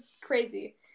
Crazy